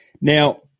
now